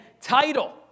title